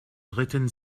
ritten